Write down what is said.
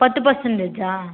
பத்து பர்சன்டேஜ்ஜா